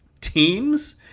teams